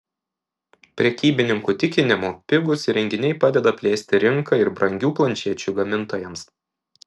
prekybininkų tikinimu pigūs įrenginiai padeda plėsti rinką ir brangių planšečių gamintojams